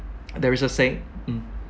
there is a saying mm